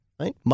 right